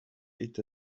est